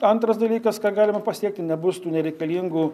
antras dalykas ką galima pasiekti nebus tų nereikalingų